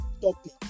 topic